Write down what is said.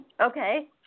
Okay